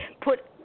put